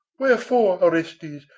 wherefore, orestes,